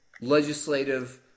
legislative